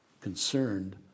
concerned